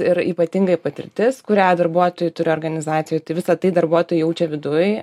ir ypatingai patirtis kurią darbuotojai turi organizacijoj tai visa tai darbuotojai jaučia viduj